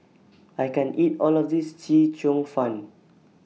I can't eat All of This Chee Cheong Fun